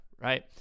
right